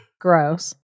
Gross